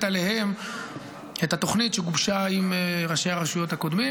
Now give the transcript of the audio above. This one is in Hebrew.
עליהם את התוכנית שגובשה עם ראשי הרשויות הקודמים.